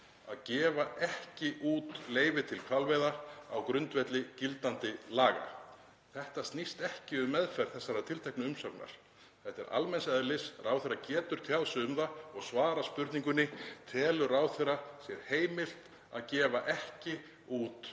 að gefa ekki út leyfi til hvalveiða á grundvelli gildandi laga. Þetta snýst ekki um meðferð þessarar tilteknu umsagnar. Þetta er almenns eðlis. Ráðherra getur tjáð sig um það og svarað spurningunni: Telur ráðherra sér heimilt að gefa ekki út